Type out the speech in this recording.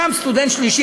קם סטודנט שלישי,